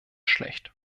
schlecht